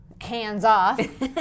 hands-off